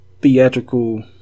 theatrical